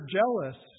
jealous